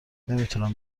نمیتونم